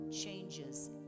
changes